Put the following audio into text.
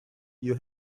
you